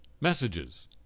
messages